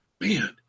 Man